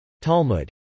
Talmud